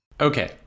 Okay